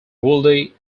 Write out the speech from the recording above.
wilde